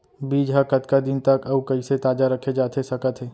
बीज ह कतका दिन तक अऊ कइसे ताजा रखे जाथे सकत हे?